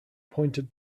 pointed